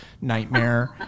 nightmare